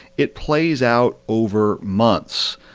it plays out over months,